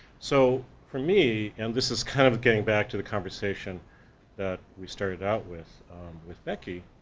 so for me, and this is kind of getting back to the conversation that we started out with with becky,